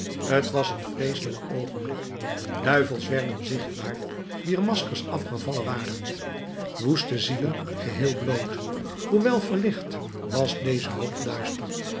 t was een vreeselijk oogenblik duivels werden zichtbaar wier maskers afgevallen waren woeste zielen geheel bloot hoewel verlicht was deze hoop duister